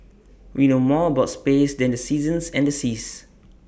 we know more about space than the seasons and the seas